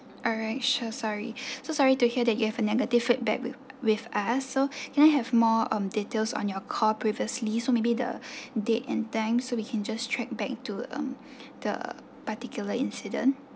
alright sure sorry so sorry to hear that you have a negative feedback with with us so can I have more um details on your call previously so maybe the date and time so we can just track back to um the particular incident